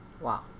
Wow